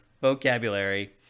vocabulary